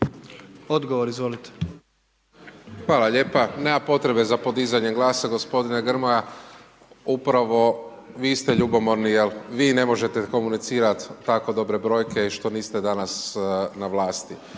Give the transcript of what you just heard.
Marko (HDZ)** Hvala lijepa. Nema potrebe za podizanjem glasa, g. Grmoja. Upravo vi ste ljubomorni jer vi ne možete komunicirat tako dobre brojke i što niste danas na vlasti.